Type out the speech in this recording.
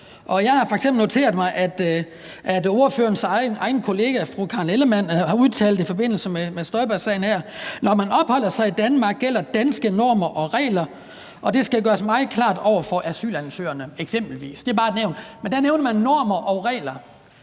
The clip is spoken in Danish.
Jeg har f.eks. noteret mig, at ordførerens egen kollega fru Karen Ellemann i forbindelse med Støjbergsagen her har udtalt: Når man opholder sig i Danmark, gælder danske normer og regler, og det skal gøres meget klart over for asylansøgere. Det er bare et eksempel. Men der nævner man normer og regler.